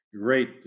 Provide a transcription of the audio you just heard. great